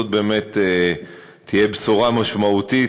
זאת באמת תהיה בשורה משמעותית,